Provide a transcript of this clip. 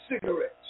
cigarettes